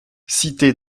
cité